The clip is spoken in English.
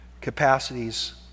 capacities